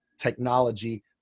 technology